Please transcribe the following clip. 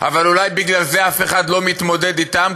אבל אולי בגלל זה אף אחד לא מתמודד אתם,